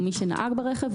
מי שנהג ברכב,